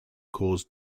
cause